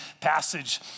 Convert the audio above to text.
passage